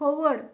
کھوٚوُر